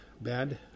bad